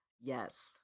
Yes